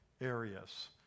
areas